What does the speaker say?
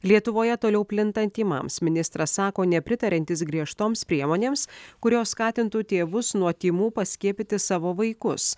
lietuvoje toliau plintant tymams ministras sako nepritariantis griežtoms priemonėms kurios skatintų tėvus nuo tymų paskiepyti savo vaikus